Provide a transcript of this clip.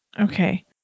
Okay